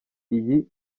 iyi